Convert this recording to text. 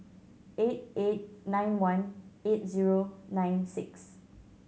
eight eight nine one eight zero nine six